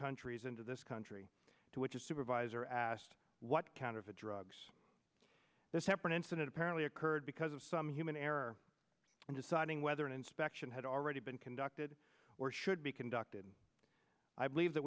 countries into this country to which a supervisor asked what kind of a drugs this separate incident apparently occurred because of some human error in deciding whether an inspection had already been conducted or should be conducted i believe that